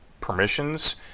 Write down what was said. permissions